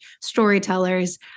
storytellers